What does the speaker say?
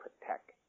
protect